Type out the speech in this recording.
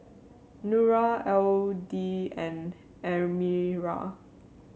Nura Aidil and Amirah